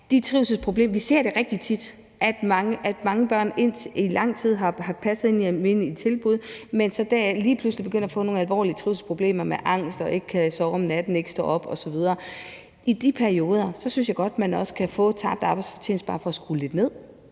Vi ser rigtig tit, at mange børn i lang tid har passet ind i almindelige tilbud, men at de så lige pludselig begynder at få nogle alvorlige trivselsproblemer med angst og begynder ikke at kunne sove om natten og ikke at kunne stå op osv. I de perioder synes jeg godt man også kan få kompensation for tabt arbejdsfortjeneste, altså bare for at skrue lidt ned.